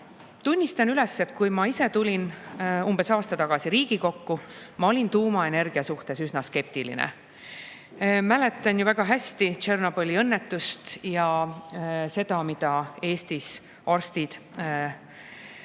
tunnistan üles, et kui ma tulin umbes aasta tagasi Riigikokku, ma olin tuumaenergia suhtes üsna skeptiline. Ma mäletan väga hästi Tšornobõli õnnetust ja seda, kuidas Eesti arstid sellel